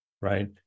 right